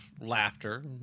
laughter